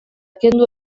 kendu